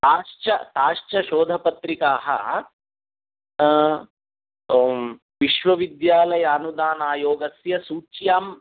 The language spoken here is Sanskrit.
ताश्च ताश्च शोधपत्रिकाः विश्वविद्यालयानुदानायोगस्य सूच्यां